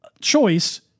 choice